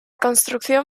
construcción